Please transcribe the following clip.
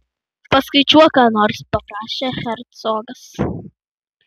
paskaičiuok ką nors paprašė hercogas